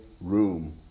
room